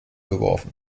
geworfen